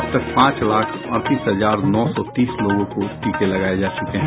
अब तक पांच लाख अड़तीस हजार नौ सौ तीस लोगों को टीके लगाये जा चूके हैं